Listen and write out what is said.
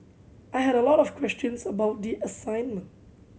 I had a lot of questions about the assignment